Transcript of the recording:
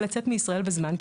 לצאת מישראל בזמן,